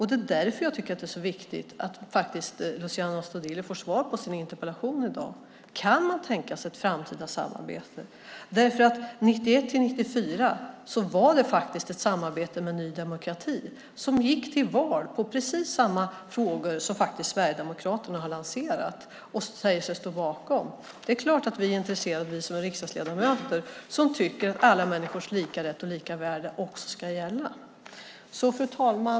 Det är därför som jag tycker att det är så viktigt att Luciano Astudillo får svar på sin interpellation i dag. Kan man tänka sig ett framtida samarbete? 1991-1994 var det faktiskt ett samarbete med Ny demokrati som gick till val på precis samma frågor som Sverigedemokraterna har lanserat och säger sig stå bakom. Det är klart att vi riksdagsledamöter som tycker att alla människors lika rätt och lika värde också ska gälla är intresserade. Fru talman!